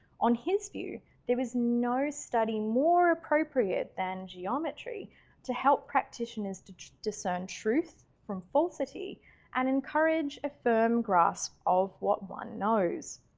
on his view there was no study more appropriate than geometry to help practitioners to discern truth from falsity and encourage a firm grasp of what one knows.